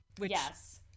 Yes